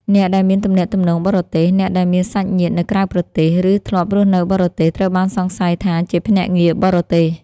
អ្នកដែលមានទំនាក់ទំនងបរទេស អ្នកដែលមានសាច់ញាតិនៅក្រៅប្រទេស ឬធ្លាប់រស់នៅបរទេស ត្រូវបានសង្ស័យថាជាភ្នាក់ងារបរទេស។